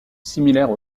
similaires